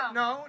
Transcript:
no